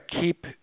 keep